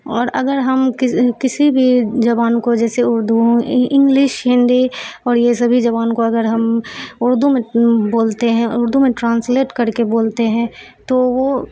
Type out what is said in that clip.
اور اگر ہم کسی بھی زبان کو جیسے اردو انگلش ہندی اور یہ سبھی زبان کو اگر ہم اردو میں بولتے ہیں اردو میں ٹرانسلیٹ کر کے بولتے ہیں تو وہ